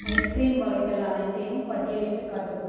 ice cream வகைகள் அனைத்தையும் பட்டியலிட்டுக் காட்டவும்